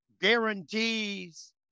guarantees